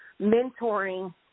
mentoring